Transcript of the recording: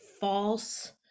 false